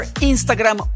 Instagram